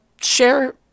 share